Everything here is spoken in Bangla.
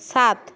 সাত